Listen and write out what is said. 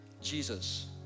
Jesus